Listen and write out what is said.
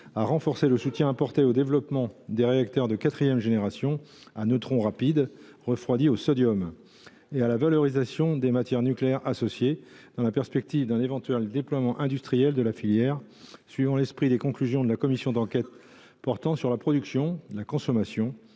à renforcer le soutien apporté au développement des réacteurs de quatrième génération à neutrons rapides, refroidis au sodium, et à la valorisation des matières nucléaires associées, dans la perspective d’un éventuel déploiement industriel de la filière. Il s’agit ici de respecter l’esprit des conclusions de la commission d’enquête portant sur la production, la consommation